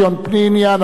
של חבר הכנסת ציון פיניאן,